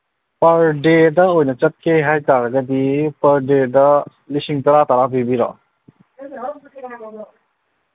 per ꯗꯦꯗ ꯑꯣꯏꯅ ꯆꯠꯀꯦ ꯍꯥꯏꯇꯥꯔꯒꯗꯤ ꯄꯔ ꯗꯦꯗ ꯂꯤꯁꯤꯡ ꯇꯔꯥ ꯇꯔꯥ ꯄꯤꯕꯤꯔꯛꯑꯣ